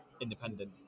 independent